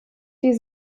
die